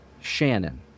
Shannon